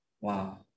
Wow